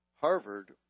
Harvard